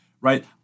Right